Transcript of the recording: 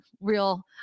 Real